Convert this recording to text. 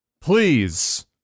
please